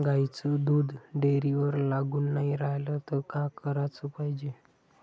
गाईचं दूध डेअरीवर लागून नाई रायलं त का कराच पायजे?